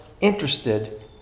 interested